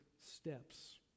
steps